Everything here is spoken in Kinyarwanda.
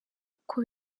uko